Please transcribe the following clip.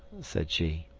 said she.